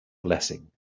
blessing